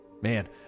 man